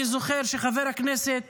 אני זוכר שחבר הכנסת